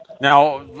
Now